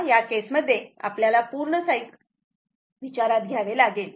तेव्हा या केस मध्ये आपल्याला पूर्ण सायकल विचारात घ्यावे लागेल